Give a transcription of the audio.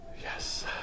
Yes